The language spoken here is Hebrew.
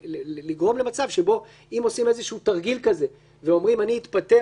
לגרום למצב שבו אם עושים איזשהו תרגיל כזה ואומרים אני אתפטר